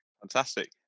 Fantastic